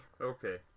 Okay